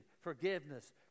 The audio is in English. forgiveness